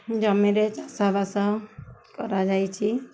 ଜମିରେ ଚାଷବାସ କରାଯାଇଛି